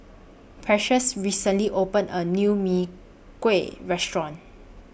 Precious recently opened A New Mee Kuah Restaurant